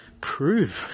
prove